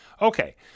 Okay